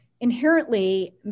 inherently